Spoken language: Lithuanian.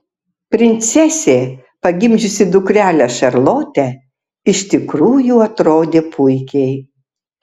princesė pagimdžiusi dukrelę šarlotę iš tikrųjų atrodė puikiai